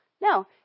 No